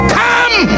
come